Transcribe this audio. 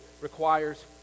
requires